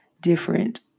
different